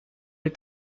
est